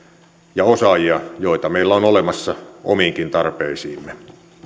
ja osaajia joita meillä on olemassa omiinkin tarpeisiimme